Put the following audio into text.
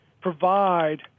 provide